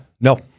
no